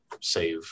save